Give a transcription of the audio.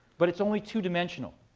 but it's only two dimensional.